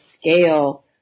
scale